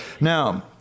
Now